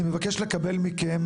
אני מבקש לקבל מכם,